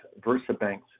VersaBank's